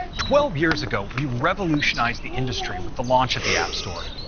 twelve years ago, we revolutionized the industry with the launch of the app store.